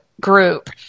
group